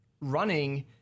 running